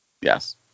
Yes